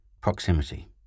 Proximity